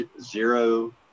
zero